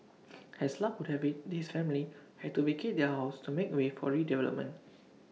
as luck would have IT this family had to vacate their house to make way for redevelopment